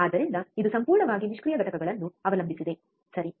ಆದ್ದರಿಂದ ಇದು ಸಂಪೂರ್ಣವಾಗಿ ನಿಷ್ಕ್ರಿಯ ಘಟಕಗಳನ್ನು ಅವಲಂಬಿಸಿದೆ ಸರಿ